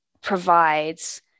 provides